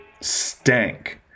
stank